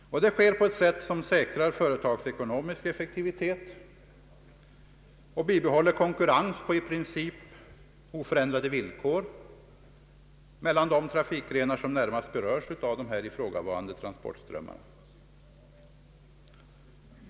Detta sker på ett sätt som säkrar företagsekonomisk effektivitet och bibehåller konkurrens på i princip oförändrade villkor mellan de trafikgrenar som närmast berörs av här ifrågavarande transportströmmar.